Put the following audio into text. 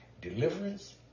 deliverance